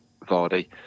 Vardy